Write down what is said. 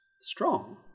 strong